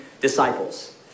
disciples